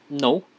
no